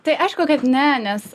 tai aišku kad ne nes